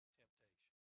temptation